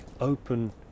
open